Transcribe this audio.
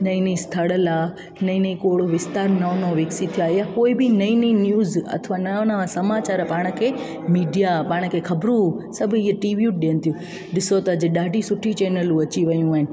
नईं नईं स्थल लाइ नईं नईं खोण विस्तारूं नयूं नयूं विकसित थिया या कोई बि नईं नईं न्यूज़ अथवा नवां नवां समाचारु पाण खे मीडिया पाण खे खबरूं सभु इहा टीवियूं ज ॾियनि थियूं ॾिसो त अॼु ॾाढी सुठी चैनलूं अची वेयूं आहिनि